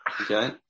Okay